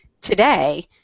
today